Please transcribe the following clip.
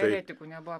eretiku nebuvo